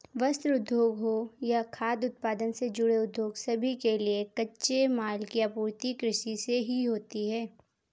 वस्त्र उद्योग हो या खाद्य उत्पादन से जुड़े उद्योग सभी के लिए कच्चे माल की आपूर्ति कृषि से ही होती है